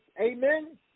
Amen